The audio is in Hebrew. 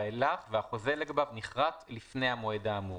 ואילך והחוזה לגביו נכרת לפני המועד האמור,